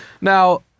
Now